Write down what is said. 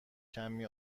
کمی